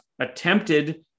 attempted